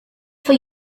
for